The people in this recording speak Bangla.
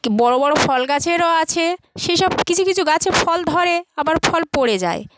বড়ো বড়ো ফল গাছেরও আছে সেই সব কিছু কিছু গাছে ফল ধরে আবার ফল পড়ে যায়